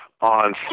on